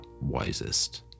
wisest